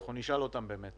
אנחנו נשאל אותם באמת.